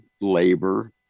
labor